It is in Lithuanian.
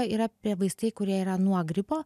yra prie vaistai kurie yra nuo gripo